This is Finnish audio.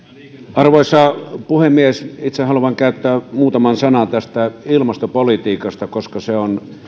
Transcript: arvoisa puhemies itse haluan käyttää muutaman sanan ilmastopolitiikasta koska se on